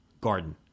Garden